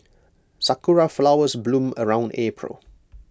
Sakura Flowers bloom around April